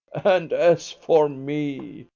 and as for me,